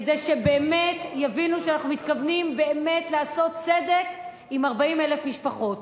כדי שיבינו שאנחנו מתכוונים באמת לעשות צדק עם 40,000 משפחות.